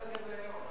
בהצעה לסדר-היום.